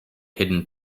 hidden